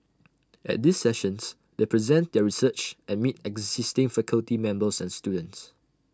at these sessions they present their research and meet existing faculty members and students